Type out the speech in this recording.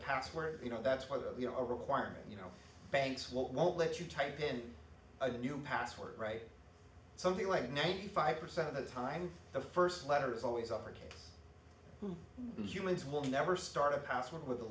password you know that's where the you know a requirement you know banks won't let you type in a new password right something like ninety five percent of the time the first letter is always offered who humans will never start a password with a